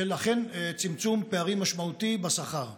של צמצום פערים משמעותי בשכר.